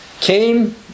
came